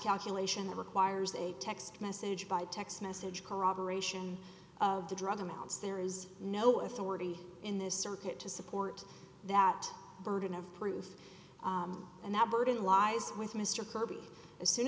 calculation that requires a text message by text message corroboration of the drug amounts there is no authority in this circuit to support that burden of proof and the burden lies with mr kirby as soon